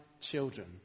children